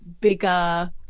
bigger